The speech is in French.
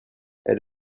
elle